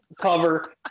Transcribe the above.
cover